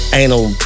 anal